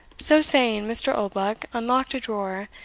so saying, mr. oldbuck unlocked a drawer,